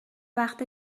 وقت